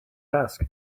task